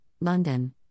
London